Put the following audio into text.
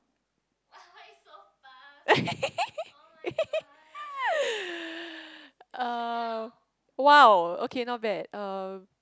uh !wow! okay not bad uh